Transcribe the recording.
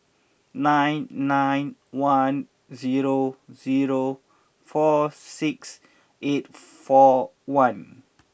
nine nine one zero zero four six eight four one